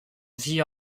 vie